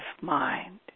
mind